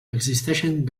existeixen